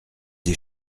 des